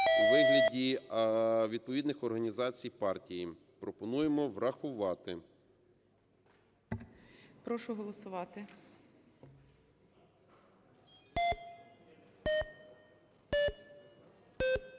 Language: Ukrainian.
у вигляді відповідних організацій партії. Пропонуємо врахувати. ГОЛОВУЮЧИЙ. Прошу голосувати.